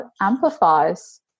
amplifies